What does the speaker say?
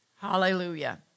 Hallelujah